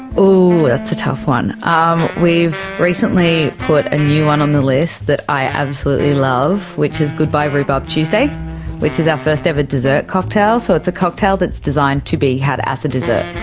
that's a tough one. um we've recently put a new one on the list that i absolutely love which is goodbye rhubarb tuesday which is our first ever desert cocktail, so it's a cocktail that's designed to be had as a desert.